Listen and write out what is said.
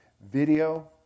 video